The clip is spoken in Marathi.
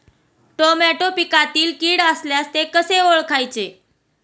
टोमॅटो पिकातील कीड असल्यास ते कसे ओळखायचे?